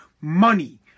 money